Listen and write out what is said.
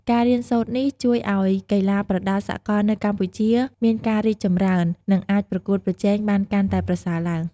ការរៀនសូត្រនេះជួយឲ្យកីឡាប្រដាល់សកលនៅកម្ពុជាមានការរីកចម្រើន និងអាចប្រកួតប្រជែងបានកាន់តែប្រសើរឡើង។